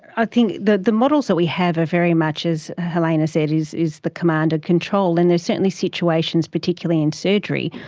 i think the the models that we have are very much as helena said, is is the command and control, and there's certainly situations, particularly in surgery,